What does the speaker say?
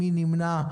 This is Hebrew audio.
מי נמנע?